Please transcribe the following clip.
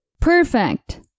Perfect